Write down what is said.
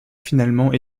finalement